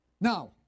Now